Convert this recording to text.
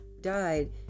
died